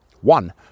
One